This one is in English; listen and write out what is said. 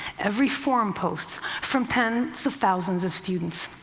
every forum post from tens of thousands of students.